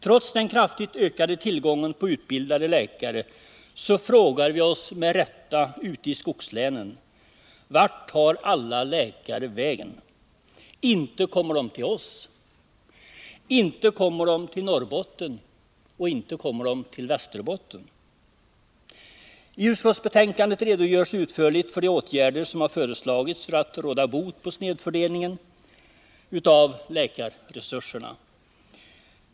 Trots den kraftigt ökade tillgången på utbildade läkare frågar vi oss med rätta ute i skogslänen: Vart tar alla läkare vägen? Inte kommer de till oss. Inte kommer de till Norrbotten och inte till Västerbotten. I utskottsbetänkandet redogörs utförligt för de åtgärder som har föreslagits för att råda bot på snedfördelningen av läkarresurserna.